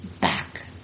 back